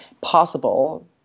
possible